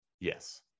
Yes